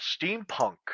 steampunk